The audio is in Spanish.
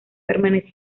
permanecía